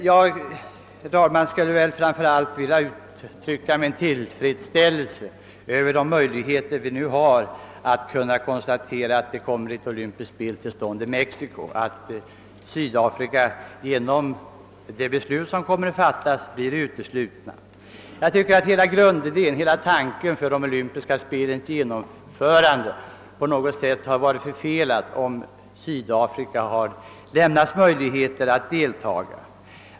Jag skulle, herr talman, framför allt vilja uttrycka min tillfredsställelse över de möjligheter vi nu har att kunna konstatera att de olympiska spelen kommer till stånd i Mexico och att Sydafrika genom det beslut som kommer att fattas blir uteslutet. Hela grundidén, hela grundtanken för de olympiska spelens genomförande hade på något sätt varit förfelad om Sydafrika lämnats möjligheter att delta.